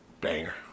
Banger